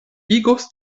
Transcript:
igos